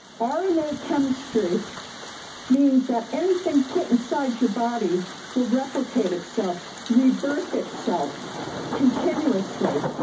ah rna chemistry means that anything put inside your body will replicate itself, rebirth itself continuously.